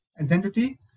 identity